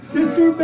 Sister